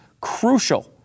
crucial